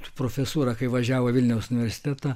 profesūra kai važiavo vilniaus universitetą